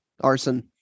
arson